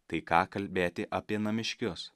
tai ką kalbėti apie namiškius